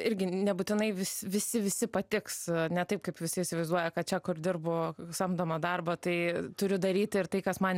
irgi nebūtinai vis visi visi patiks ne taip kaip visi įsivaizduoja kad čia kur dirbu samdomą darbą tai turiu daryti ir tai kas man